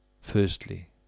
firstly